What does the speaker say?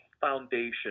foundation